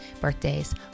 birthdays